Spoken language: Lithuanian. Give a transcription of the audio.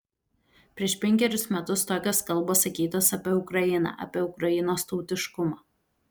prieš penkerius metus tokios kalbos sakytos apie ukrainą apie ukrainos tautiškumą